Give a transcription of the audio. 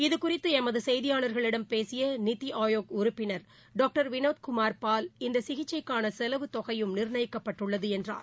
இது குறித்துளமதுசெய்தியாளா்களிடம் பேசியநித்திஆயோக் உறுப்பினர் டாக்டர் வினோத் குமார் பால் இந்தசிகிச்சைக்கானசெலவு தொகையும் நிர்ணயிக்கப்பட்டுள்ளதுஎன்றார்